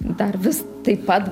dar vis taip pat